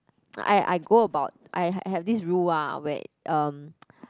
I I go about I have this rule ah where um